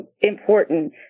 important